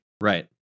Right